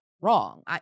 wrong